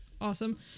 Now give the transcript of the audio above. awesome